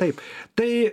taip tai